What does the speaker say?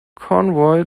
convoy